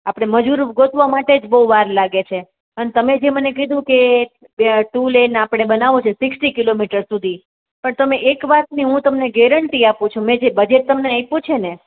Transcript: આપણે મજૂર ગોતવા માટે જ બહુ વાર લાગે છે અન તમે જે મને કીધું કે બે ટુ લેન આપણે બનાવવો છે સિકસ્ટી કિલોમીટર સુધી પણ તમે એક વાતની હું તમને ગેરેન્ટી આપું છું મેં જે બજેટ તમને આપ્યું છે ને